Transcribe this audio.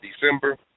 December